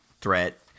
threat